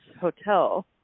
hotel